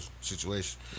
situation